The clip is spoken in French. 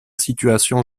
situation